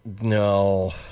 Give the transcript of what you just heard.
No